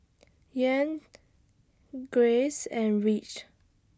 Yan Grace and Ridge